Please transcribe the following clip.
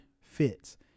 fits